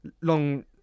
long